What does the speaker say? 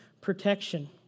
protection